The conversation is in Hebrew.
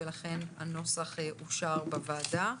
תיקון התקנון האחיד אושר בוועדה.